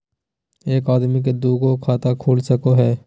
एक आदमी के दू गो खाता खुल सको है?